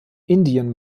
indien